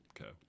Okay